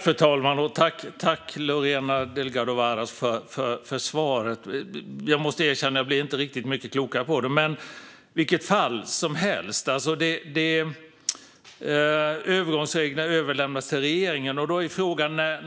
Fru talman! Tack, Lorena Delgado Varas, för svaret! Jag måste erkänna att jag inte riktigt blev mycket klokare av det. Övergångsreglerna överlämnas till regeringen. Följdfrågorna blir: